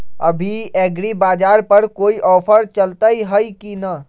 अभी एग्रीबाजार पर कोई ऑफर चलतई हई की न?